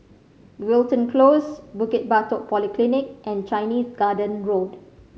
Wilton Close Bukit Batok Polyclinic and Chinese Garden Road